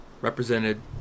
represented